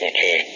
Okay